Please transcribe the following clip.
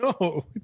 No